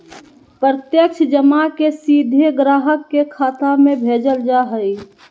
प्रत्यक्ष जमा के सीधे ग्राहक के खाता में भेजल जा हइ